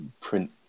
Print